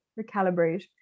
recalibrate